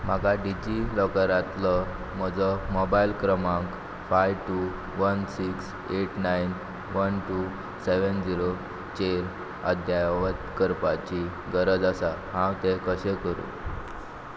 म्हाका डिजी लॉकरांतलो म्हजो मोबायल क्रमांक five two one six eight nine one two seven zero चेर अद्यावत करपाची गरज आसा हांव तें कशें करूं